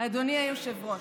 אדוני היושב-ראש,